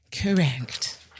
Correct